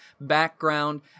background